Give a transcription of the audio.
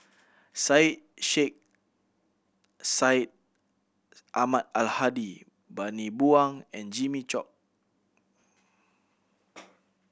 Syed Sheikh Syed Ahmad Al Hadi Bani Buang and Jimmy Chok